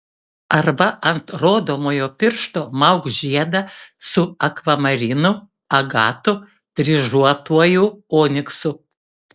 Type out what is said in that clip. arba ant rodomojo piršto mauk žiedą su akvamarinu agatu dryžuotuoju oniksu